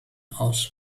aus